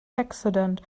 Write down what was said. accident